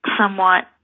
somewhat